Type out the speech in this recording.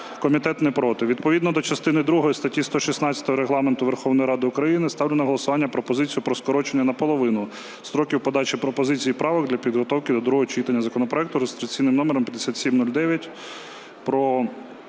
комітет не проти. Відповідно до частини другої статті 116 Регламенту Верховної Ради України ставлю на голосування пропозицію про скорочення наполовину строків подачі пропозицій і правок для підготовки до другого читання законопроекту за реєстраційним номером 5709 про